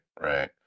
right